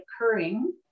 occurring